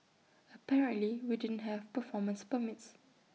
apparently we didn't have performance permits